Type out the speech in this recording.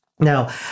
Now